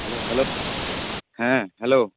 hello ᱦᱮᱸ hello